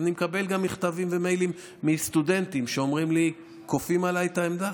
אני מקבל גם מכתבים ומיילים מסטודנטים שאומרים לי: כופים עליי את העמדה.